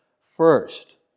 first